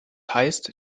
heißt